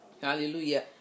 Hallelujah